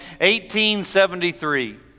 1873